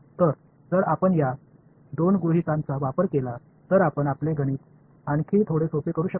तर जर आपण या दोन गृहितकांचा वापर केला तर आपण आपले गणित आणखी थोडे सोपे करू शकता